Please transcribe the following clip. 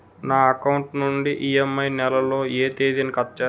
నా అకౌంట్ నుండి ఇ.ఎం.ఐ నెల లో ఏ తేదీన కట్ చేస్తారు?